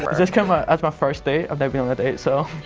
this count as my first date? i've never been on a date so